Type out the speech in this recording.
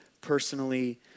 personally